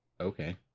Okay